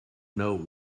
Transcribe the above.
know